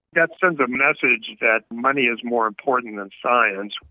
that sends a message that money is more important than science.